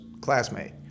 classmate